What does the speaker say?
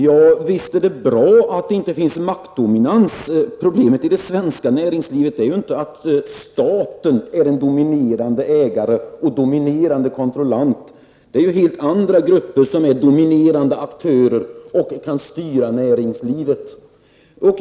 Herr talman! Visst är det bra att det inte är fråga om maktdominans. Problemet i det svenska näringslivet är inte att staten är en dominerande ägare och en dominerande kontrollant, utan det är helt andra grupper som är dominerande aktörer och kan styra näringslivet.